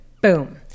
boom